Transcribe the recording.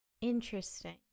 interesting